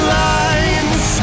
lines